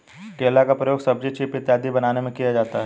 केला का प्रयोग सब्जी चीफ इत्यादि बनाने में किया जाता है